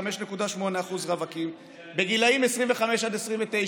5.8% רווקים בגילים 25 עד 29,